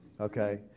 okay